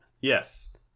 Yes